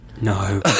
No